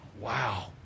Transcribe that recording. wow